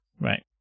Right